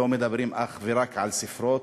לא מדברים אך ורק על ספרות,